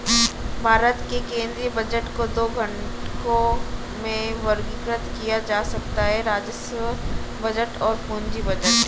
भारत के केंद्रीय बजट को दो घटकों में वर्गीकृत किया जा सकता है राजस्व बजट और पूंजी बजट